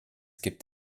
gibt